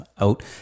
out